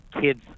kids